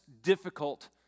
difficult